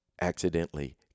accidentally